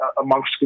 amongst